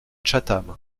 chatham